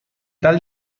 tal